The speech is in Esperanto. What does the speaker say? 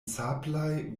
sablaj